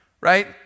right